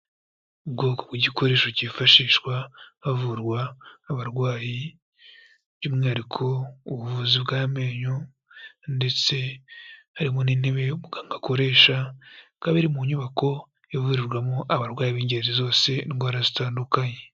Ubwoko bw'igikoresho kifashishwa havurwa abarwayi, by'umwihariko ubuvuzi bw'amenyo ndetse harimo n'intebe muganga akoresha, bikaba biri mu nyubako ivurirwamo abarwayi b'ingeri zose indwara zitandukanye.